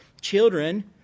Children